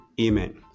Amen